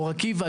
אור עקיבא,